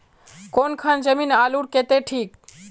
कौन खान जमीन आलूर केते ठिक?